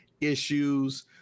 issues